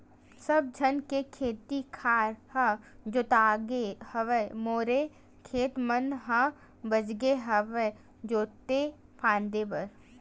सब झन के खेत खार ह जोतागे हवय मोरे खेत मन ह बचगे हवय जोते फांदे बर